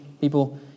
People